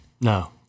No